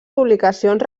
publicacions